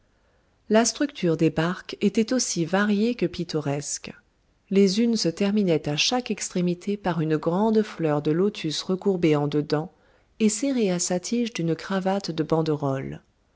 la structure des barques était aussi variée que pittoresque les unes se terminaient à chaque extrémité par une grande fleur de lotus recourbée en dedans et serrée à sa tige d'une cravate de banderoles